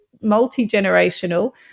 multi-generational